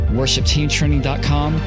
worshipteamtraining.com